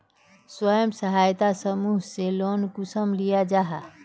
स्वयं सहायता समूह से लोन कुंसम लिया जाहा?